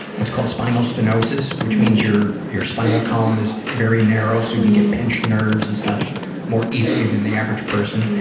what's called spinal stenosis which means your your spinal column is very narrow so you get pinched nerves and stuff more easily than the average person. yeah